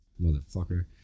motherfucker